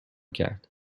کرد